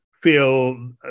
feel